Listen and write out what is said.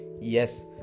Yes